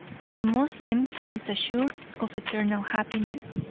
as a moslem he is assured of eternal happiness.